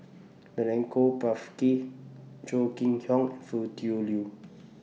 Milenko Prvacki Chong Kee Hiong Foo Tui Liew